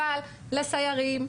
אבל לסיירים,